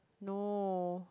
no